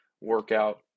workout